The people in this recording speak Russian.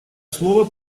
слово